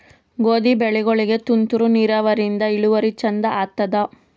ಗೋಧಿ ಬೆಳಿಗೋಳಿಗಿ ತುಂತೂರು ನಿರಾವರಿಯಿಂದ ಇಳುವರಿ ಚಂದ ಆತ್ತಾದ?